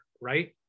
right